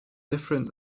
different